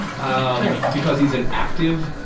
ah right because he's an active,